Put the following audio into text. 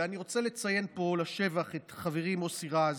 ואני רוצה לציין פה לשבח את חברי מוסי רז,